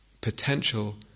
potential